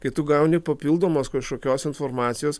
kai tu gauni papildomos kažkokios informacijos